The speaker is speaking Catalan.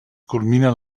culmina